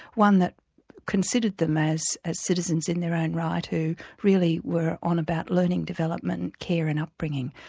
one that considered them as as citizens in their own right who really were on about learning development and care and upbringing.